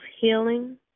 healing